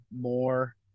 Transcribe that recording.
more